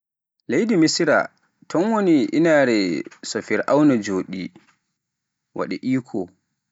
Leydi Misra ton woni inaare so Firauna joɗi, waɗi iko.